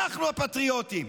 אנחנו הפטריוטים,